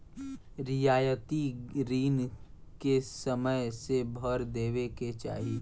रियायती रिन के समय से भर देवे के चाही